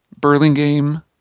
Burlingame